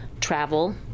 travel